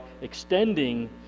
extending